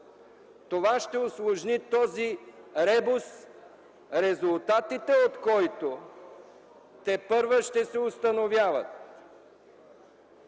Това ще усложни този ребус, резултатите от който тепърва ще се установяват.